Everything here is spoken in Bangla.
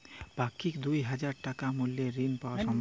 পাক্ষিক দুই হাজার টাকা মূল্যের ঋণ পাওয়া সম্ভব?